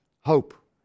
hope